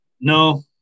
No